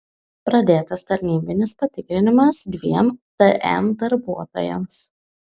pradėtas tarnybinis patikrinimas dviem tm darbuotojams